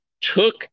took